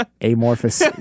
amorphous